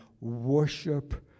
worship